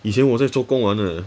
以前我在做工玩的